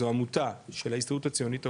זו עמותה של ההסתדרות הציונית העולמית,